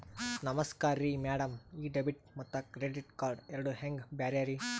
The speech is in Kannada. ನಮಸ್ಕಾರ್ರಿ ಮ್ಯಾಡಂ ಈ ಡೆಬಿಟ ಮತ್ತ ಕ್ರೆಡಿಟ್ ಕಾರ್ಡ್ ಎರಡೂ ಹೆಂಗ ಬ್ಯಾರೆ ರಿ?